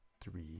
three